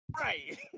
Right